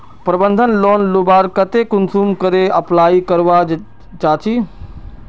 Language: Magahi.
प्रबंधन लोन लुबार केते कुंसम करे अप्लाई करवा चाँ चची?